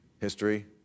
history